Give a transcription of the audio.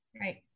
Right